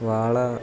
വാള